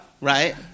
Right